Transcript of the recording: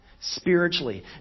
spiritually